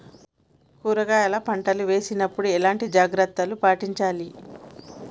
కూరగాయల పంట వేసినప్పుడు ఎలాంటి జాగ్రత్తలు పాటించాలి?